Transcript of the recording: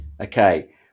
Okay